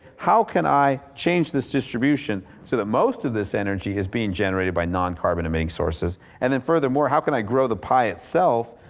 how can i change this distribution so that most of this energy is being generated by non-carbon emitting sources, and furthermore how can i grow the pie itself,